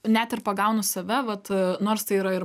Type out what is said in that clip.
net ir pagaunu save vat nors tai yra ir